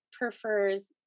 prefers